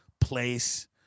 place